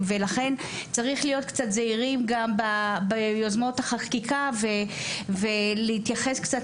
ולכן צריך להיות קצת זהירים גם ביוזמות החקיקה ולהתייחס קצת